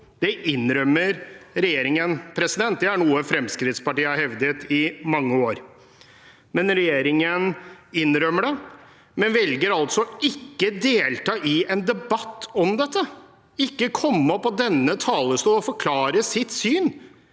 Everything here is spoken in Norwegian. Det innrømmer regjeringen, og det er noe Fremskrittspartiet har hevdet i mange år. Regjeringen innrømmer det, men velger altså ikke å delta i en debatt om dette, ikke komme opp på denne talerstolen og forklare sitt syn.